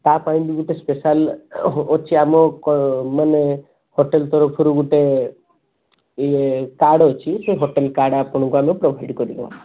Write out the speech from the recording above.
ତା ପାଇଁ ବି ଗୋଟେ ସ୍ପେସିଆଲ୍ ଅଛି ଆମ ମାନେ ହୋଟେଲ୍ ତରଫରୁ ଗୋଟେ ଇଏ କାର୍ଡ଼ ଅଛି ସେ ହୋଟେଲ୍ କାର୍ଡ଼ ଆମେ ଆପଣଙ୍କୁ ପ୍ରୋଭାଇଡ଼ କରିଦେବୁ